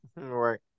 right